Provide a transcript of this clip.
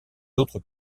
autres